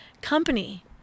company